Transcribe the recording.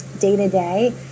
day-to-day